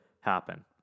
happen